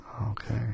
okay